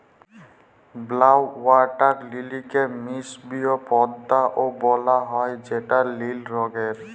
blue water লিলিকে মিসরীয় পদ্দা ও বলা হ্যয় যেটা লিল রঙের